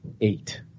eight